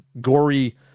gory